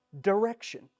direction